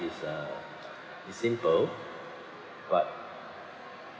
is uh is simple but